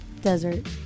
Desert